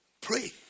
Pray